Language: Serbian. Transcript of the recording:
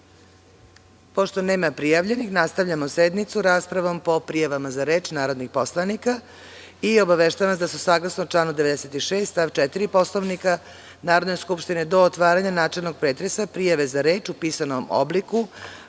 nema prijavljenih nastavljamo sednicu raspravom po prijavama za reč narodnih poslanika, i obaveštavam vas da su saglasno članu 96. stav 4. Poslovnika Narodne skupštine do otvaranja načelnog pretresa prijave za reč u pisanom obliku,